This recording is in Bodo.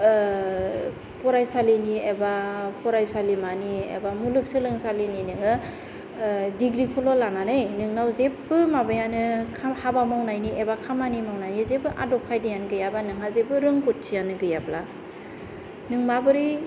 फरायसालिनि एबा फरायसालिमानि एबा मुलुग सोलोंसालिनि नोङो दिग्रिखौल' लानानै नोंनाव जेबो माबायानो हाबा मावनायनि एबा खामानि मावनायनि जेबो आदब खायदायानो गैयाबा नोंहा जेबो रोंगौथिआनो गैयाब्ला नों माबोरै